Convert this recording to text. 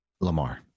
Lamar